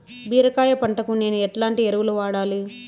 బీరకాయ పంటకు నేను ఎట్లాంటి ఎరువులు వాడాలి?